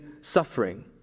suffering